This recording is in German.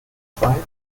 zwei